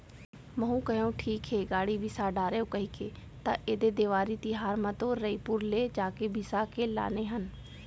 महूँ कहेव ठीक हे गाड़ी बिसा डारव कहिके त ऐदे देवारी तिहर म तो रइपुर ले जाके बिसा के लाने हन